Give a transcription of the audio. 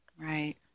Right